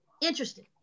Interesting